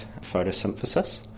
photosynthesis